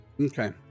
Okay